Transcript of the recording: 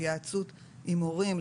התייעצות עם הורים,